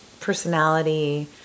Personality